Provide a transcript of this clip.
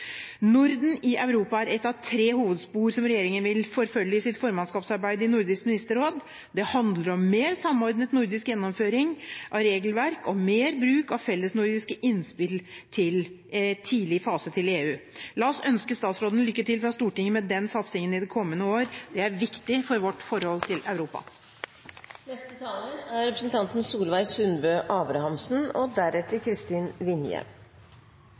Norden i Europa er et av tre hovedspor som regjeringen vil forfølge i sitt formannskapsarbeid i Nordisk ministerråd. Det handler om mer samordnet nordisk gjennomføring av regelverk og mer bruk av fellesnordiske innspill til tidlig fase til EU. La oss ønske statsråden lykke til fra Stortinget med den satsingen i det kommende år. Den er viktig for vårt forhold til Europa. Noreg er avhengig av eit politisk og